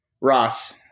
Ross